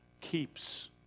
keeps